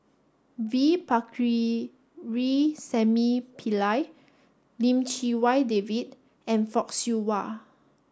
V Pakirisamy Pillai Lim Chee Wai David and Fock Siew Wah